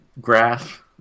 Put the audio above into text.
graph